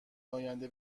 آینده